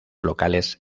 locales